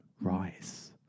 Rise